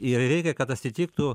ir reikia kad atsitiktų